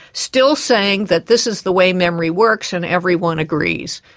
still saying that this is the way memory works and everyone agrees.